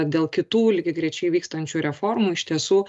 dėl kitų lygiagrečiai vykstančių reformų iš tiesų